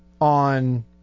on